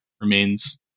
remains